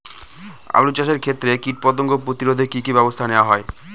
আলু চাষের ক্ষত্রে কীটপতঙ্গ প্রতিরোধে কি কী ব্যবস্থা নেওয়া হয়?